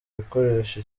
gukoresha